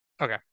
okay